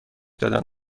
دادن